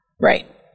Right